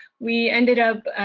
we ended up